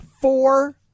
four